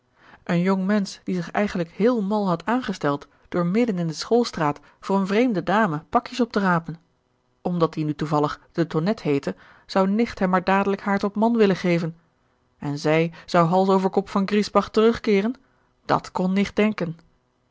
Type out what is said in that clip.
een jong mensch die zich eigenlijk heel mal had aangesteld door midden in de schoolstraat voor een vreemde dame pakjes op te rapen omdat die nu toevallig de tonnette heette zou nicht hem maar dadelijk haar tot man willen geven en zij zou hals over kop van griesbach terug keeren dàt kon nicht denken